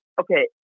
okay